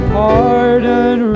pardon